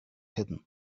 hidden